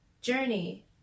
journey